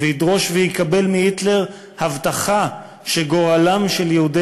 וידרוש ויקבל מהיטלר הבטחה שגורלם של יהודי